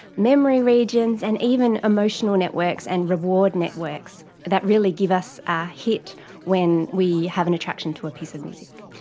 memory regions, and even even emotional networks and reward networks that really give us our hit when we have an attraction to a piece of music.